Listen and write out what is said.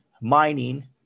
mining